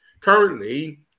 Currently